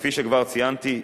כפי שכבר ציינתי,